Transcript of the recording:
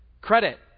Credit